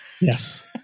Yes